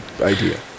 idea